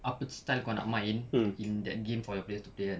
apa style kau nak main in that game for your players to play kan